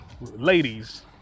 ladies